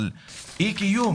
אי-קיום